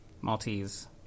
Maltese